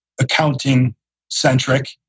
accounting-centric